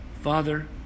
Father